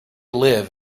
live